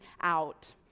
out